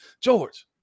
George